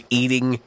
eating